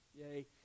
Yay